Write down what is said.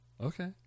okay